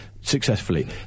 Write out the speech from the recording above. successfully